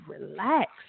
relax